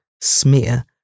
smear